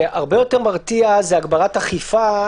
שהרבה יותר מרתיעה הגברת אכיפה,